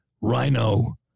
rhino